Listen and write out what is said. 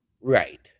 right